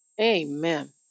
Amen